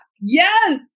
Yes